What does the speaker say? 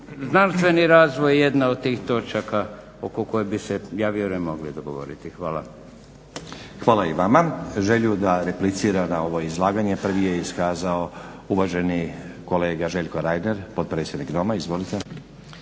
Znanstveni razvoj je jedna od tih točaka oko koje bi se ja vjerujem mogli dogovoriti. Hvala. **Stazić, Nenad (SDP)** Hvala i vama. Želju da replicira na ovo izlaganje prvi je iskazao uvaženi kolega Željko Reiner, potpredsjednik Doma. Izvolite.